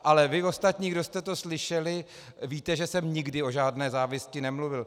Ale vy ostatní, kdo jste to slyšeli, víte, že jsem nikdy o žádné závisti nemluvil.